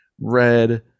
red